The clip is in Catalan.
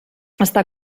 està